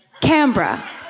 Canberra